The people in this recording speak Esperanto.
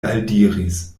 aldiris